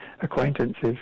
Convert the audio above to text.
acquaintances